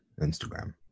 Instagram